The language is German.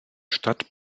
stadt